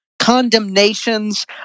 condemnations